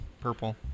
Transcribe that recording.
Purple